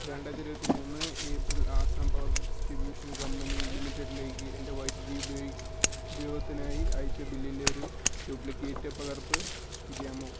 രണ്ടായിരത്തി ഇരുപത്തിമൂന്ന് April Assam power distribution company ലിമിറ്റഡ്ലേക്ക് എൻ്റെ വൈദ്യുതി ഉപയോഗത്തിനായി അയച്ച ബില്ലിൻറ്റെ ഒരു ഡ്യൂപ്ലിക്കേറ്റ് പകർപ്പ് സൃഷ്ടിക്കാമോ